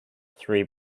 three